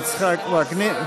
יצחק וקנין.